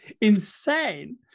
insane